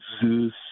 Zeus